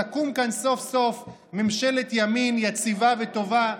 תקום כאן סוף-סוף ממשלת ימין יציבה וטובה.